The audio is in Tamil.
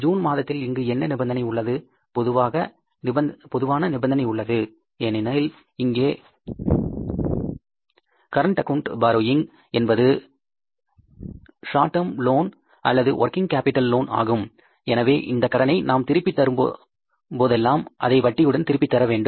ஜூன் மாதத்தில் இங்கு என்ன நிபந்தனை உள்ளது பொதுவாக நிபந்தனை உள்ளது ஏனெனில் இங்கே கரண்ட் அக்கவுண்ட் பாரோயிங் என்பது சார்ட் டேர்ம் லோன் அல்லது ஒர்கிங் கேப்பிடல் லோன் ஆகும் எனவே இந்த கடனை நாம் திருப்பித் தரும்போதெல்லாம் அதை வட்டியுடன் திருப்பித் தரவேண்டும்